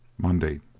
monday